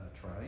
try